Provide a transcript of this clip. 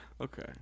Okay